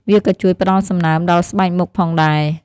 វាក៏ជួយ ផ្ដល់សំណើមដល់ស្បែកមុខ ផងដែរ។